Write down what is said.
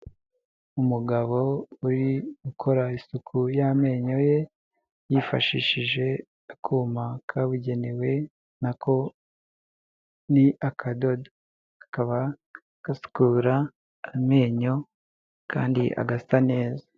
Umugabo uri ukora isuku y'amenyo ye, yifashishije akuma kabugenewe nako ni akadodo. Kakaba gasukura amenyo kandi agasa neza.